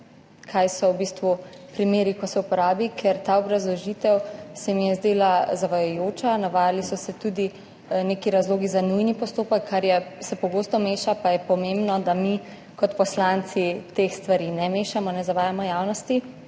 kaj so v bistvu primeri, ko se uporabi, ker se mi je ta obrazložitev zdela zavajajoča. Navajali so se tudi neki razlogi za nujni postopek, kar se pogosto meša, pa je pomembno, da mi kot poslanci teh stvari ne mešamo, ne zavajamo javnosti.